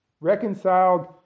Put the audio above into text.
reconciled